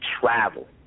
Travel